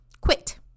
quit